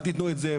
אל תתנו את זה.